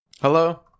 Hello